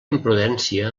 imprudència